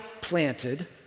planted